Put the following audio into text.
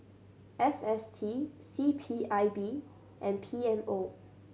S S T C P I B and P M O